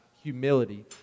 Humility